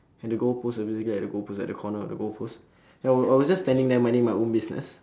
at the goalpost so basically I at the goalpost at the corner of the goalpost ya I was I was just standing there minding my own business